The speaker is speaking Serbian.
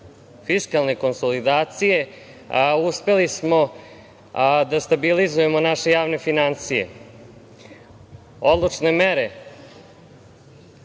fiskalne konsolidacije uspeli smo da stabilizujemo naše javne finansije. Odlučne mere